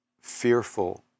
fearful